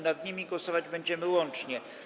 Nad nimi głosować będziemy łącznie.